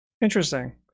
Interesting